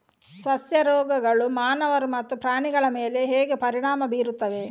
ಸಸ್ಯ ರೋಗಗಳು ಮಾನವರು ಮತ್ತು ಪ್ರಾಣಿಗಳ ಮೇಲೆ ಹೇಗೆ ಪರಿಣಾಮ ಬೀರುತ್ತವೆ